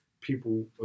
people